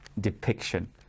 depiction